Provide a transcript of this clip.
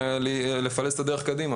לפלס את הדרך קדימה.